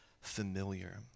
familiar